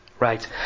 Right